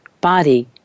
Body